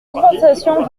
compensation